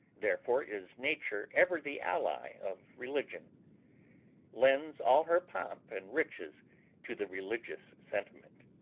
therefore is nature ever the ally of religion lends all her pomp and riches to the religious sentiment.